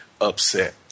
upset